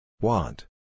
Want